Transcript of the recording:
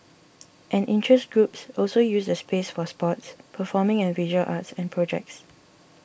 and interest groups also use the space for sports performing and visual arts and projects